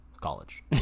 college